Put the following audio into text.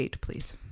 please